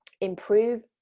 improve